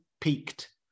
peaked